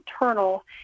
internal